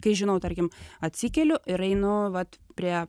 kai žinau tarkim atsikeliu ir einu vat prie